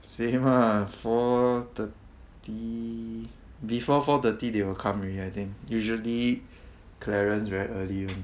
same ah four thirty before four thirty they will come already I think usually clemence very early one